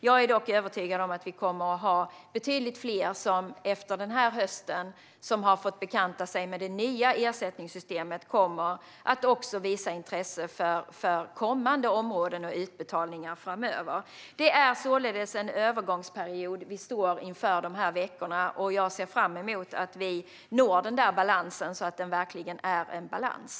Jag är dock övertygad om att betydligt fler kommer att visa intresse även för kommande områden och utbetalningar framöver efter att de under hösten har fått bekanta sig med det nya ersättningssystemet. Vi står de kommande veckorna således inför en övergångsperiod. Jag ser fram emot att vi når en balans som verkligen är en balans.